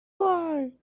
lie